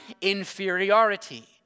inferiority